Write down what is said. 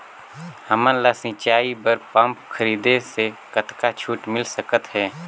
हमन ला सिंचाई बर पंप खरीदे से कतका छूट मिल सकत हे?